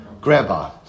grandpa